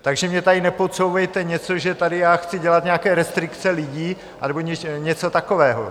Takže mi tady nepodsouvejte něco, že tady já chci dělat nějaké restrikce lidí anebo něco takového.